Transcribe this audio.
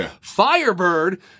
firebird